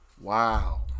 wow